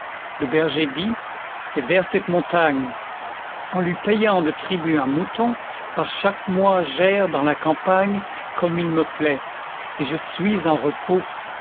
le berger dit c'est vers cette mon'agne en lui payant de tribut un moulon par chaque mois i'erre dans la campagne comme il me plaît et je suis en repos